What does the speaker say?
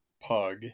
pug